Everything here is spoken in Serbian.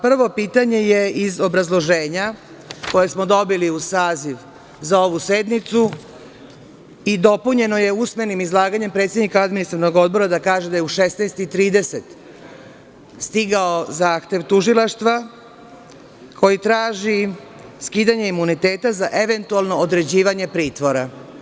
Prvo pitanje je iz obrazloženja koje smo dobili uz saziv za ovu sednicu i dopunjeno je usmenim izlaganjem predsednika Administrativnog odbora, da kaže da je u 16,30 časova stigao zahtev Tužilaštva, koji traži skidanje imuniteta za eventualno određivanje pritvora.